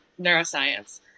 neuroscience